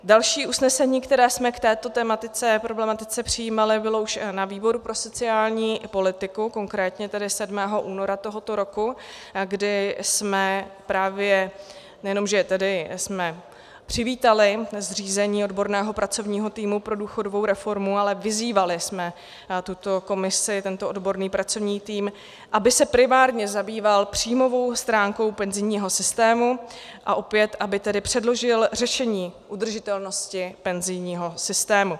Další usnesení, které jsme k této tematice a problematice přijímali, bylo už na výboru pro sociální politiku, konkrétně tedy 7. února tohoto roku, kdy jsme právě nejenom přivítali zřízení odborného pracovního týmu pro důchodovou reformu, ale vyzývali jsme tuto komisi, tento odborný pracovní tým, aby se primárně zabýval příjmovou stránkou penzijního systému, a opět, aby tedy předložil řešení udržitelnosti penzijního systému.